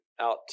out